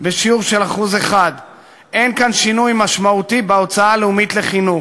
בשיעור של 1%. אין כאן שינוי משמעותי בהוצאה הלאומית על חינוך.